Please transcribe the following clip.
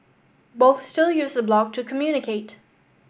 both still use the blog to communicate